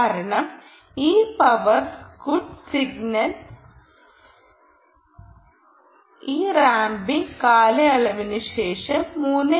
കാരണം ഈ power good signal ഈ റാമ്പിംഗ് കാലയളവിനുശേഷം 3